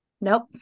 nope